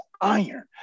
iron